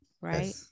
Right